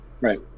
Right